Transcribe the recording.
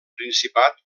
principat